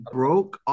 broke